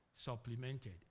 supplemented